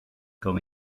kom